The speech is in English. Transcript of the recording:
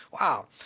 Wow